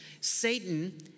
Satan